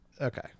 Okay